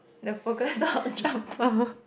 the polka dot jumper